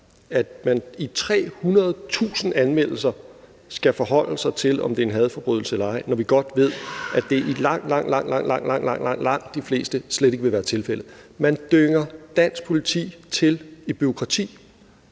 at de i 300.000 anmeldelser skal forholde sig til, om det er en hadforbrydelser eller ej, når vi godt ved, at det i langt, langt de fleste af dem slet ikke vil være tilfældet. Man dynger dansk politi til i bureaukrati;